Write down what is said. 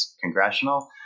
Congressional